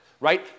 right